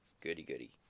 Goody-goody